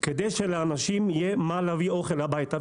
כדי שלאנשים יהיה מה להביא אוכל הביתה.